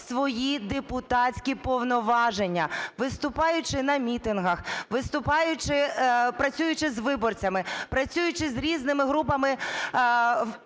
свої депутатські повноваження, виступаючи на мітингах, виступаючи… працюючи з виборцями, працюючи з різними групами